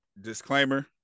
Disclaimer